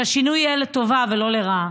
שהשינוי יהיה לטובה ולא לרעה.